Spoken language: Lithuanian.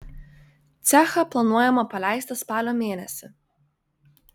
cechą planuojama paleisti spalio mėnesį